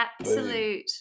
absolute